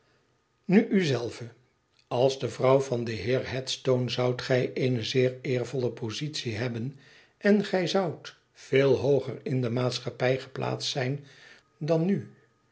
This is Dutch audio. nu u zelve als de vrouw van den heer headstone zoudt gij eene zeereervolle positie hebben en gij zoudt veel hooier in de maatschappij geplaatst zijn dan nu